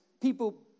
People